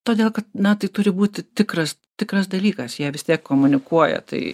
todėl kad na tai turi būti tikras tikras dalykas jie vis tiek komunikuoja tai